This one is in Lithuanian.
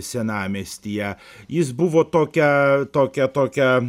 senamiestyje jis buvo tokiąą tokią tokią